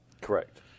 Correct